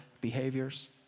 behaviors